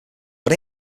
but